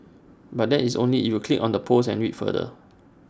but that is only if you click on the post and read further